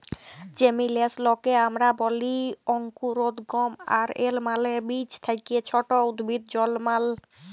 জেমিলেসলকে আমরা ব্যলি অংকুরোদগম আর এর মালে বীজ থ্যাকে ছট উদ্ভিদ জলমাল